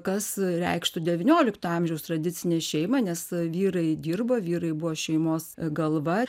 kas reikštų devyniolikto amžiaus tradicinę šeimą nes vyrai dirbo vyrai buvo šeimos galva